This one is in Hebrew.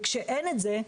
וכשאין את זה,